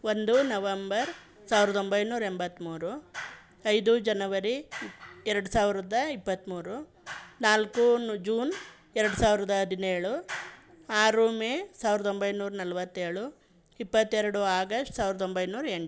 ಒಂದು ನವಂಬರ್ ಸಾವಿರದ ಒಂಬೈನೂರ ಎಂಬತ್ತ್ಮೂರು ಐದು ಜನವರಿ ಎರಡು ಸಾವಿರದ ಇಪ್ಪತ್ತ್ಮೂರು ನಾಲ್ಕು ನು ಜೂನ್ ಎರಡು ಸಾವಿರದ ಹದಿನೇಳು ಆರು ಮೇ ಸಾವಿರದ ಒಂಬೈನೂರು ನಲವತ್ತೇಳು ಇಪ್ಪತ್ತೆರಡು ಆಗಸ್ಟ್ ಸಾವಿರದ ಒಂಬೈನೂರ ಎಂಟು